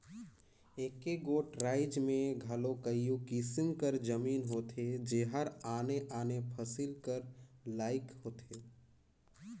एके गोट राएज में घलो कइयो किसिम कर जमीन होथे जेहर आने आने फसिल कर लाइक होथे